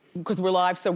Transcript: because we're live, so